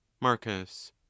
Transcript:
Marcus